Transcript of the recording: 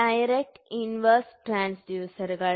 direct inverse ട്രാൻസ്ഡ്യൂസറുകൾ